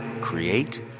create